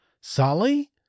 sally